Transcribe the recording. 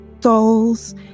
dolls